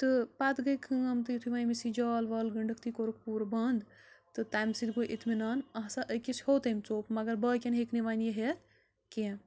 تہٕ پَتہٕ گٔے کٲم تہٕ یُتھے ونۍ أمِس یہِ جال وال گٔنٛڈٕکھ تہِ کوٚرُکھ پوٗرٕ بنٛد تہٕ تمہِ سۭتۍ گوٚو اِطمنان آسان أکِس ہیوٚتأمۍ ژوٚپ مگر باقیَن ہییٚکہِ نہٕ وَنۍ یہِ ہٮ۪تھ کیٚنٛہہ